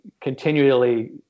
continually